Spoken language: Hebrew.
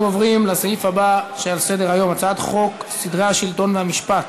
אנחנו עוברים לסעיף הבא על סדר-היום: הצעת חוק סדרי השלטון והמשפט